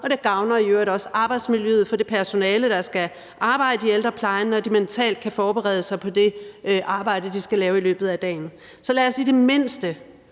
og det gavner i øvrigt også arbejdsmiljøet for det personale, der skal arbejde i ældreplejen, når de mentalt kan forberede sig på det arbejde, de skal lave i løbet af dagen. Så lad os i det mindste